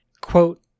Quote